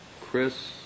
Chris